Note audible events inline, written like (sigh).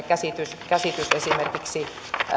(unintelligible) käsitys käsitys esimerkiksi